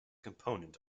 component